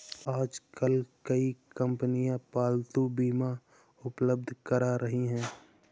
आजकल कई कंपनियां पालतू बीमा उपलब्ध करा रही है